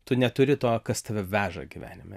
tu neturi to kas tave veža gyvenime